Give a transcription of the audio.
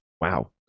Wow